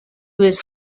was